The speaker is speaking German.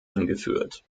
angeführt